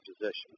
position